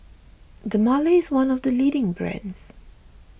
Dermale is one of the leading brands